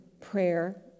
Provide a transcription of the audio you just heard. prayer